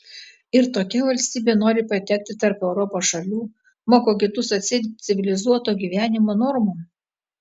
ir tokia valstybė nori patekti tarp europos šalių moko kitus atseit civilizuoto gyvenimo normų